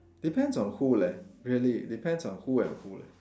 depends on who leh really depends on who and who leh